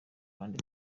abandi